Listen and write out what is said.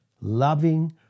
loving